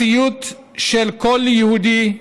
הסיוט של כל יהודי,